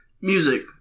Music